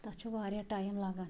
تَتھ چھُ واریاہ ٹایِم لَگان